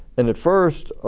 and at first,